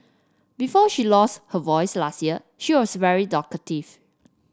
before she lost her voice last year she was very talkative